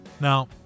Now